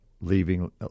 Leaving